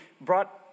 brought